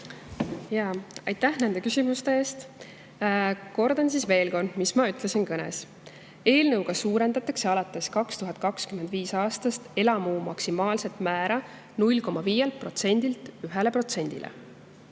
ära. Aitäh nende küsimuste eest! Kordan veel kord, mis ma ütlesin kõnes. Eelnõuga suurendatakse alates 2025. aastast elamumaa maksimaalset määra 0,5%-lt 1%-le.